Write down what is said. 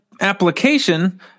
application